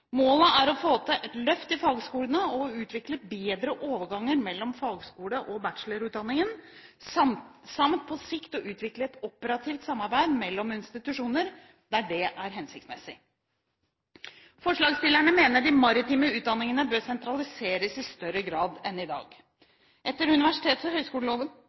Målet er å få til et løft i fagskolene og å utvikle bedre overganger mellom fagskole- og bachelorutdanningen samt på sikt å utvikle et operativt samarbeid mellom institusjoner, der det er hensiktsmessig. Forslagsstillerne mener de maritime utdanningene bør sentraliseres i større grad enn i dag. Etter universitets- og høyskoleloven